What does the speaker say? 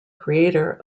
creator